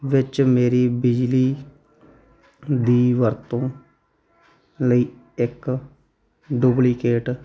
ਵਿੱਚ ਮੇਰੀ ਬਿਜਲੀ ਦੀ ਵਰਤੋਂ ਲਈ ਇੱਕ ਡੂਪਲੀਕੇਟ